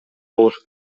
болушу